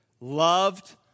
loved